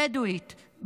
בדואיות,